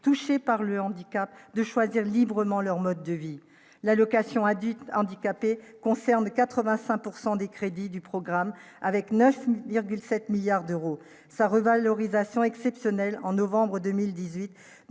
touchés par le handicap de choisir librement leur mode de vie, l'allocation adulte handicapé, concerne 85 pourcent des crédits du programme avec 9,7 milliards d'euros sa revalorisation exceptionnelle en novembre 2010